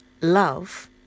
Love